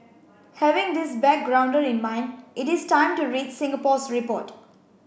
having this backgrounder in mind it is time to read Singapore's report